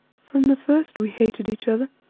from the first we hated each other,